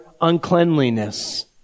uncleanliness